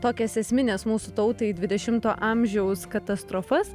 tokias esmines mūsų tautai dvidešimto amžiaus katastrofas